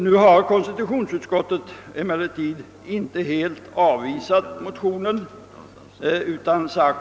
Nu har konstitutionsutskottet emellertid inte helt avvisat de likalydande motionerna.